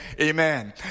amen